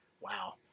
wow